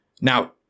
Now